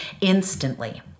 instantly